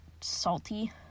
salty